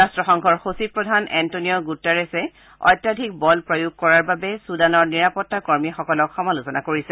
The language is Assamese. ৰাট্টসংঘৰ সচিবপ্ৰধান এণ্টনিঅ' গুটেৰেছে অত্যাধিক বল প্ৰয়োগ কৰাৰ বাবে ছুডানৰ নিৰাপত্তা কৰ্মীসকলক সমালোচনা কৰিছে